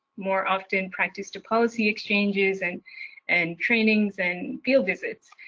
more often practice to policy exchanges and and trainings and field visits.